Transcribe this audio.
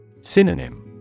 Synonym